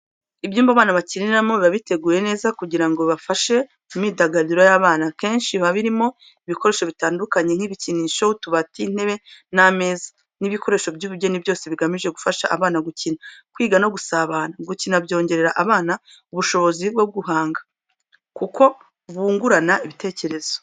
Ibyumba abana bakiniramo biba biteguye neza kugira ngo bifashe mu myidagaduro y'abana. Akenshi biba birimo ibikoresho bitandukanye nk’ibikinisho, utubati, intebe n'ameza n'ibikoresho by’ubugeni byose bigamije gufasha abana gukina, kwiga no gusabana. Gukina byongerera abana ubushobozi bwo guhanga, kuko bungurana ibitekerezo.